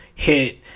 Hit